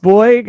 Boy